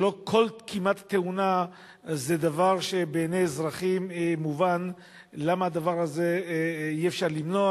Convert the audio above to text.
שלא כל כמעט-תאונה זה דבר שבעיני אזרחים מובן למה אי-אפשר למנוע